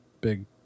Big